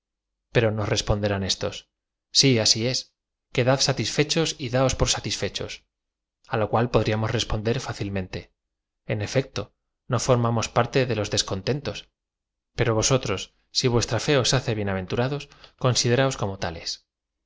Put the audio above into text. pero nos responderán éatos si as esr quedad satisfechos y daos por satisfechos a lo cua podríamos responder fácilmente en efecto no fo r mamos parte de los descontentos pero vosotros si vuestra fe os hace